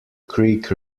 creek